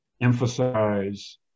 emphasize